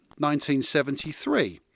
1973